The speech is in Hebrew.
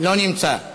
לא נמצא.